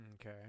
Okay